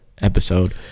Episode